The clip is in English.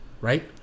right